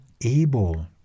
able